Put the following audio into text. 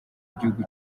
igihugu